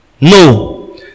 No